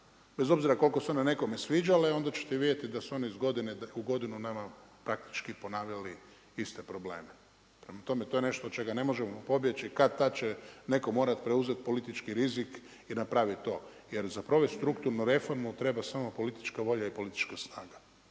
bez obzira koliko se one nekome sviđale, onda ćete vidjeti da su one iz godine u godinu nama praktički ponavljali iste probleme. Prema tome, to je nešto od čega ne možemo pobjeći. Kad-tad će netko morati preuzeti politički rizik i napravit to. Jer za provest strukturnu reformu treba samo politička volja i politička snaga,